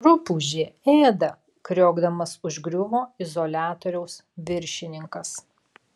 rupūžė ėda kriokdamas užgriuvo izoliatoriaus viršininkas